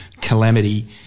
calamity